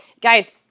Guys